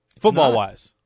football-wise